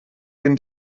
den